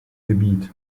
gebiet